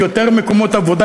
מקומות עבודה,